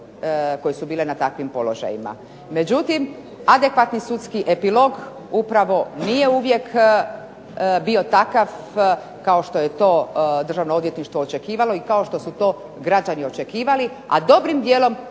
koje su bile na takvim položajima. Međutim, adekvatni sudski epilog upravo nije uvijek bio takav kao što je to Državno odvjetništvo očekivalo i kao što su to građani očekivali, a dobrim dijelom